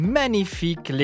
magnifique